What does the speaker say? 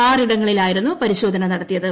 ആറ് ഇടങ്ങളിലായിരുന്നു പരിശോധന നടത്തിയത്